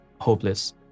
hopeless